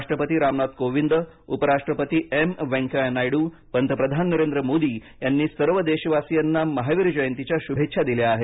राष्ट्रपती रामनाथ कोविंद उपराष्ट्रपती एम व्यंकय्या नायडू पंतप्रधान नरेंद्र मोदी यांनी सर्व देशवासियांना महावीर जयंतीच्या शुभेच्छा दिल्या आहेत